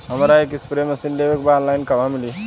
हमरा एक spray machine लेवे के बा ऑनलाइन कहवा मिली?